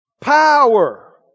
power